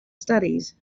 studies